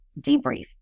debrief